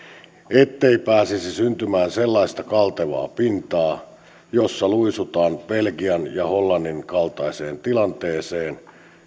ettei pääsisi syntymään sellaista kaltevaa pintaa jossa luisutaan belgian ja hollannin kaltaiseen tilanteeseen